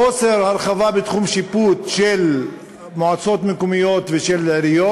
חוסר בהרחבת תחום השיפוט של מועצות מקומיות ושל עיריות.